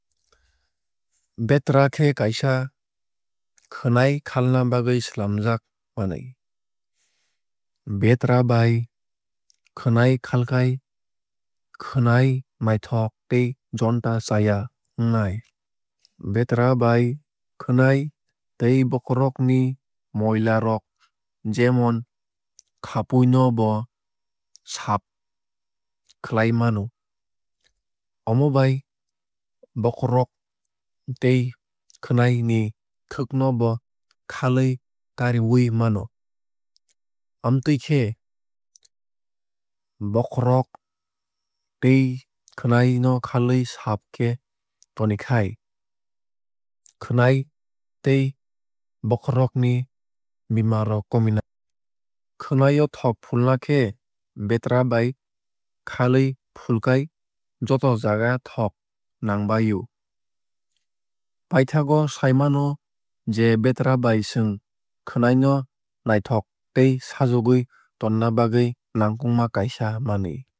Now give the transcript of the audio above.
Betwra khe kaisa khwnai khalna bagwui swlamjak manwui. Betwra bai khwnai khalkhai khwnai naithok tei jonta chaya wngnai. Betwra bai khwnai tei bokhorok ni moila rok jemon khapui no bo saaf khlai mano. Omo bai bokhorok tei khwnai ni thwk no bo khalwui kariwui mano. Amtwui khe bokhorok tei khwnai no khalwui saaf khe tonikhai khwnai tei bokhorogni bemar rok kominai. Khwnai o thok fulna khe betwra bai khalwui fulkhai joto jaga thok nangbai o. Paithakgo sai mano je betwra bai chwng khwnai no naithok tei sajogwui tonina bagwui nangkukma kaisa manwui.